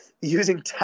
using